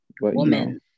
Woman